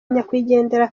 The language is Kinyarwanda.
nyakwigendera